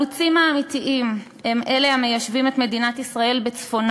החלוצים האמיתיים הם אלה המיישבים את מדינת ישראל בצפונה